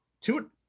two